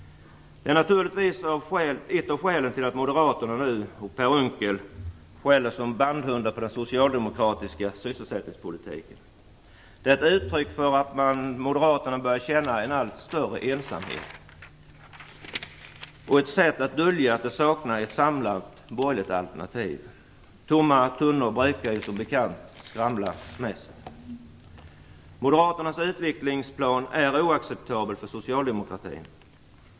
Det är naturligtvis ett av skälen till att moderaterna och Per Unckel skäller som bandhundar på den socialdemokratiska sysselsättningspolitiken. Det är ett uttryck för att moderaterna börjar känna en allt större ensamhet och ett sätt att dölja att det saknas ett samlat borgerligt alternativ. Tomma tunnor brukar ju som bekant skramla mest. Moderaternas utvecklingsplan är oacceptabel för socialdemokratin.